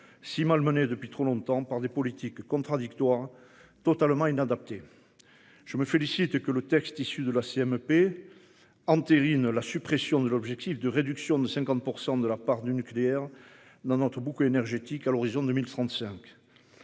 si malmenée depuis trop longtemps par des politiques contradictoires totalement inadapté. Je me félicite que le texte issu de la CMP entérine la suppression de l'objectif de réduction de 50% de la part du nucléaire dans notre bouquet énergétique à l'horizon 2035.